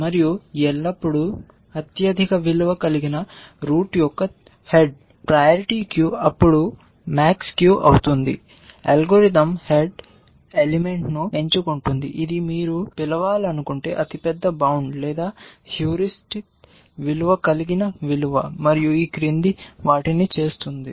మరియు ఎల్లప్పుడూ అత్యధిక విలువ రూట్ యొక్క హెడ్ ప్రయారిటీ క్యూ అప్పుడు max క్యూ అవుతుంది అల్గోరిథం హెడ్ ఎలిమెంట్ను ఎంచుకుంటుంది ఇది మీరు పిలవాలనుకుంటే అతిపెద్ద బౌండ్ లేదా హ్యూరిస్టిక్ విలువ కలిగిన విలువ మరియు ఈ క్రింది వాటిని చేస్తుంది